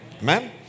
amen